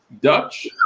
Dutch